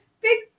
Big